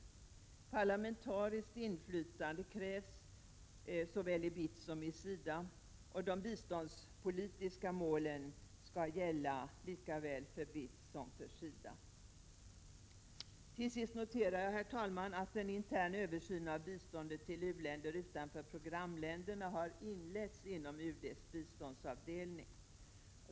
Det krävs parlamentarisk inflytande i såväl BITS som SIDA. De biståndspolitiska målen skall gälla lika väl för BITS som för SIDA. Till sist, herr talman, noterar jag att en intern översyn av biståndet till u-länder utanför programländerna har inletts inom UD:s biståndsavdelning.